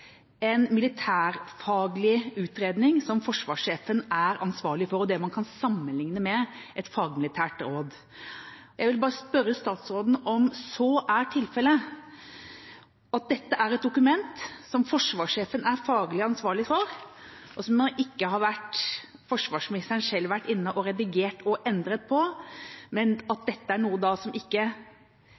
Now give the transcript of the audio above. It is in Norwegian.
en militærfaglig utredning som forsvarssjefen er ansvarlig for, og det man kan sammenligne med et fagmilitært råd. Jeg vil bare spørre statsråden om så er tilfellet – at dette er et dokument som forsvarssjefen er faglig ansvarlig for, og som forsvarsministeren selv ikke har vært inne og redigert og endret på – at dette er noe som ikke meddeles i diskusjon i Stortinget, men at dette er noe som